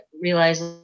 realize